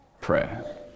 prayer